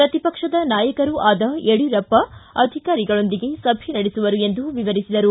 ಪ್ರತಿಪಕ್ಷದ ನಾಯಕರೂ ಆದ ಯಡ್ಕೂರಪ್ಪ ಅಧಿಕಾರಿಗಳೊಂದಿಗೆ ಸಭೆ ನಡೆಸುವರು ಎಂದು ವಿವರಿಸಿದರು